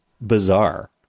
bizarre